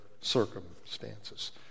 circumstances